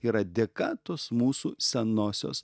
yra dėka tos mūsų senosios